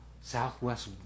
southwest